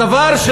הדבר,